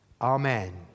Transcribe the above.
Amen